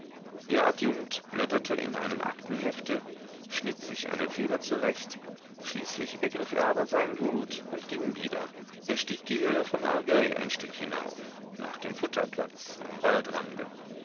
der adjunkt blätterte in einem aktenhefte schnitt sich eine feder zurecht schließlich ergriff er aber seinen hut und ging wieder er stieg die höhe von argueil ein stück hinauf nach dem futterplatz am waldrande